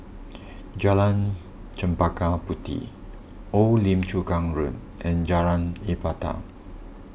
Jalan Chempaka Puteh Old Lim Chu Kang Road and Jalan Ibadat